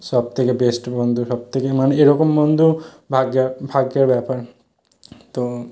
সব থেকে বেস্ট বন্ধু সব থেকে মানে এরকম বন্ধু ভাগ্যে ভাগ্যের ব্যাপার তো